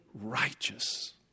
righteous